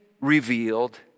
revealed